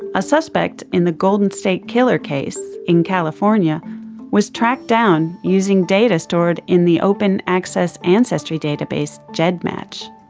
a suspect in the golden state killer case in california was tracked down using data stored in the open access ancestry database gedmatch.